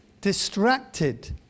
distracted